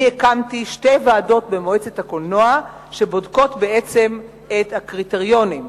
אני הקמתי שתי ועדות במועצת הקולנוע שבודקות בעצם את הקריטריונים.